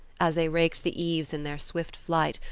as they raked the eaves in their swift flight,